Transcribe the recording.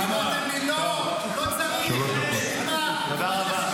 אמרתם לי, לא, לא צריך --- תודה רבה.